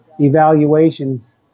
evaluations